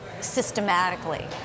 systematically